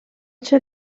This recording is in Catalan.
ser